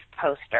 poster